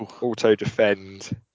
auto-defend